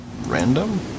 random